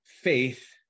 faith